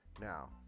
Now